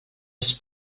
els